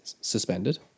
suspended